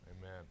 Amen